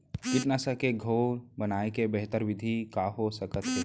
कीटनाशक के घोल बनाए के बेहतर विधि का हो सकत हे?